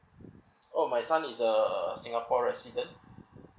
oh my son is a singapore resident